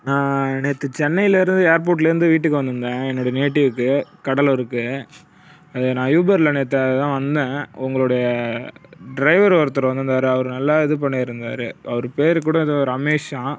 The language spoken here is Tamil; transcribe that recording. நான் நேற்று சென்னைலேருந்து ஏர்போர்ட்லேருந்து வீட்டுக்கு வந்து இருந்தேன் என்னோட நேட்டிவ்வுக்கு கடலூருக்கு நான் யூபரில் நேற்று தான் வந்தேன் உங்களுடைய டிரைவர் ஒருத்தர் வந்திருந்தாரு அவர் நல்லா இது பண்ணியிருந்தார் அவர் பேர் கூட ஏதோ ரமேஷ்ஷான்